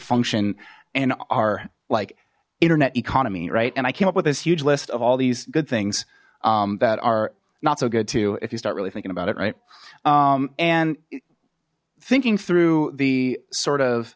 function and are like internet economy right and i came up with this huge list of all these good things that are not so good too if you start really thinking about it right and thinking through the sort of